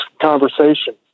conversation